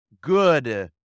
good